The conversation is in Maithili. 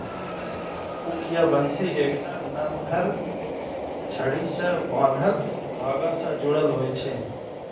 हुक या बंसी एकटा नमहर छड़ी सं बान्हल धागा सं जुड़ल होइ छै